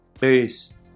Peace